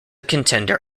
contender